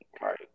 Right